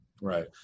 Right